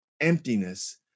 emptiness